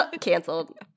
Canceled